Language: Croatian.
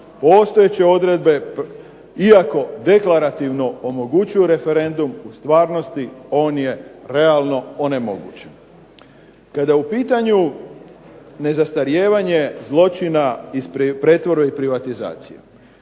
Postojeće odredbe iako deklarativno omogućuju referendum u stvarnosti on je realno onemogućen. Kada je u pitanju nezastarijevanje zločina iz pretvorbe i privatizacije